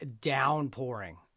downpouring